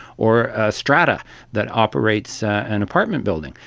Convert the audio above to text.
or a strata that operates ah an apartment building,